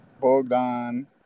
Bogdan